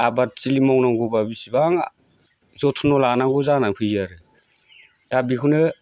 आबाद थिलि मावनांगौब्ला बिसिबां जथन' लानांगौ जाना फैयो आरो दा बेखौनो